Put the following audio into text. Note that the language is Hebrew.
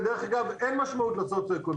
ודרך אגב, אין משמעות לסוציו-אקונומי.